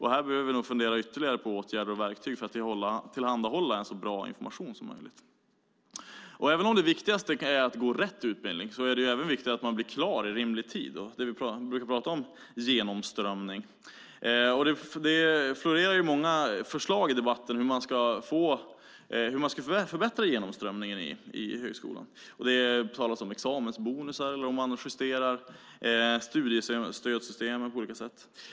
Här behöver vi nog fundera ytterligare på åtgärder och verktyg för att tillhandahålla så bra information som möjligt. Även om det viktigaste kanske är att man går rätt utbildning är det även viktigt att man blir klar i rimlig tid. Vi brukar prata om genomströmning. Det florerar många förslag i debatten om hur man ska förbättra genomströmningen i högskolan. Det talas om examensbonusar och att justera studiestödssystemen på olika sätt.